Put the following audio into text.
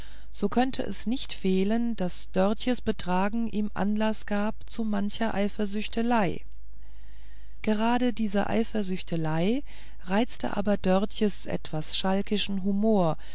so könnt es nicht fehlen daß dörtjes betragen ihm anlaß gab zu mancher eifersüchtelei gerade diese eifersüchtelei reizte aber dörtjes etwas schalkischen humor